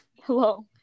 Hello